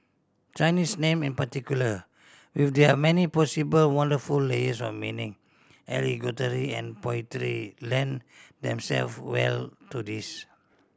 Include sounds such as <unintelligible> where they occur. Chinese name in particular with their many possible wonderful layers of meaning <unintelligible> and poetry lend themself well to this